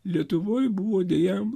lietuvoj buvo deja